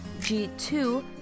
G2